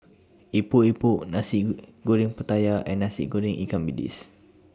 Epok Epok Nasi Goreng Pattaya and Nasi Goreng Ikan Bilis